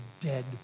dead